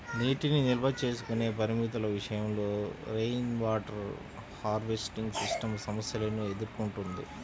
నీటిని నిల్వ చేసుకునే పరిమితుల విషయంలో రెయిన్వాటర్ హార్వెస్టింగ్ సిస్టమ్ సమస్యలను ఎదుర్కొంటున్నది